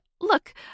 look